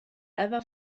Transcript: ever